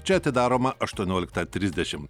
čia atidaroma aštuonioliktą trisdešim